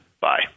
Bye